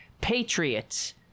patriots